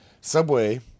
Subway